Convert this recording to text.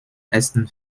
ersten